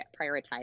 prioritize